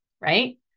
right